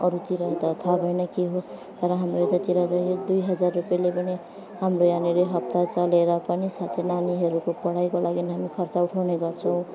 अरूतिर त थाहा भएन के हो तर हाम्रो यतातिर यो दुई हजार रुपियाँले पनि हाम्रो यहाँनिर हप्ता चलेर पनि साथै नानीहरूको पढाइको लागि हामी खर्च उठाउने गर्छौँ